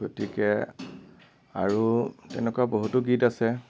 গতিকে আৰু এনেকুৱা বহুতো গীত আছে